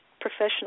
professional